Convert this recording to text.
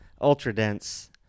ultra-dense